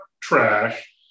trash